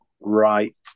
right